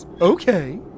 Okay